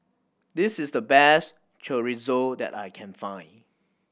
this is the best Chorizo that I can find